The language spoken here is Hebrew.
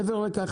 מעבר לכך,